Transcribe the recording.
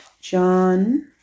John